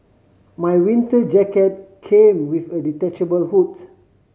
my winter jacket came with a detachable hoods